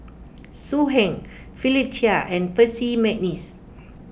So Heng Philip Chia and Percy McNeice